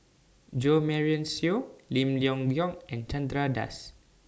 Jo Marion Seow Lim Leong Geok and Chandra Das